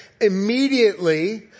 immediately